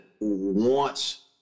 wants